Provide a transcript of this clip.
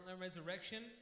Resurrection